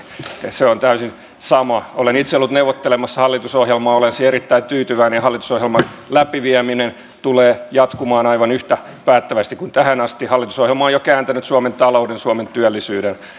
se on täysin sama olen itse ollut neuvottelemassa hallitusohjelmaa olen siihen erittäin tyytyväinen ja hallitusohjelman läpivieminen tulee jatkumaan aivan yhtä päättäväisesti kuin tähänkin asti hallitusohjelma on jo kääntänyt suomen talouden ja suomen työllisyyden